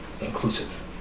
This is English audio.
inclusive